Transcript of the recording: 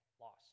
loss